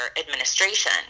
administration